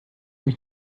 mich